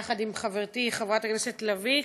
יחד עם חברתי חברת הכנסת לביא,